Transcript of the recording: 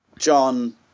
John